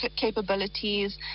capabilities